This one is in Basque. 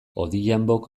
odhiambok